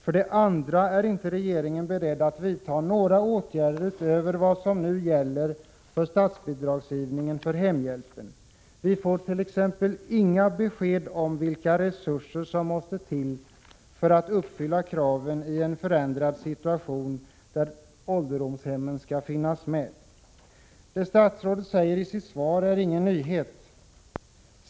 För det andra är inte regeringen beredd att vidta några åtgärder utöver vad som nu gäller för statsbidragsgivning för hemhjälpen. Vi fårt.ex. inga besked om vilka resurser som måste till för att uppfylla kraven i en förändrad situation där ålderdomshemmen skall finnas med. Vad statsrådet säger i sitt svar är inga nyheter.